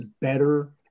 better